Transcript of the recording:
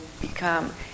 become